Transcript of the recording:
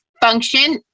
function